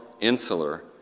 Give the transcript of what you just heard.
insular